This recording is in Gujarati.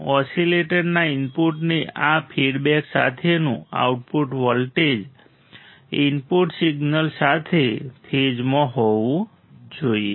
ઓસિલેટરના ઇનપુટને આ ફીડ સાથેનું આઉટપુટ વોલ્ટેજ ઇનપુટ સિગ્નલ સાથે ફેઝમાં હોવું જોઈએ